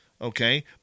Okay